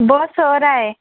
वो सो रहा है